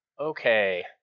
Okay